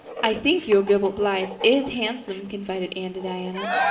i think your gilbert blythe is handsome, confided anne to diana,